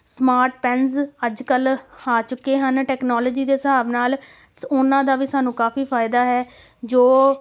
smart pens ਅੱਜ ਕੱਲ੍ਹ ਆ ਚੁੱਕੇ ਹਨ ਟੈਕਨੋਲੋਜੀ ਦੇ ਹਿਸਾਬ ਨਾਲ ਉਹਨਾਂ ਦਾ ਵੀ ਸਾਨੂੰ ਕਾਫ਼ੀ ਫ਼ਾਇਦਾ ਹੈ ਜੋ